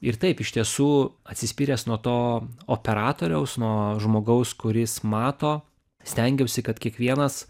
ir taip iš tiesų atsispyręs nuo to operatoriaus nuo žmogaus kuris mato stengiausi kad kiekvienas